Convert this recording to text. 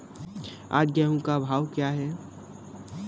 आज गेहूँ का भाव क्या है?